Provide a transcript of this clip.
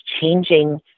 changing